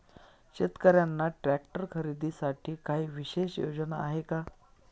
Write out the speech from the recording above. शेतकऱ्यांना ट्रॅक्टर खरीदीसाठी काही विशेष योजना आहे का?